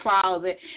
closet